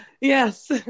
yes